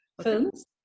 films